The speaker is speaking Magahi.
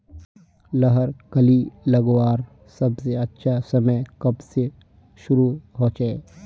लहर कली लगवार सबसे अच्छा समय कब से शुरू होचए?